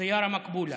זיארה מקבולה.